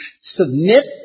submit